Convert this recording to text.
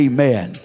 Amen